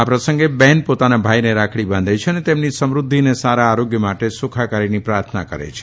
આ પ્રસંગે બહેન પોતાના ભાઇને રાખડી બાંધે છે અને તેમની સમૃધ્ધિ અને સારા આરોગ્ય અને સુખાકારીની પ્રાર્થના કરે છે